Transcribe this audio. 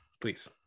please